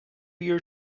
year